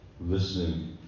listening